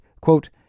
quote